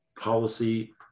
policy